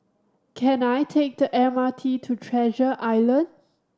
can I take the M R T to Treasure Island